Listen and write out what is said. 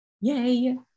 Yay